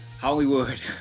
Hollywood